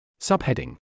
Subheading